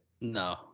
no